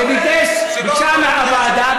שביקשה מהוועדה,